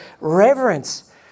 reverence